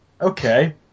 okay